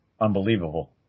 unbelievable